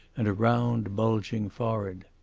and a round bulging forehead.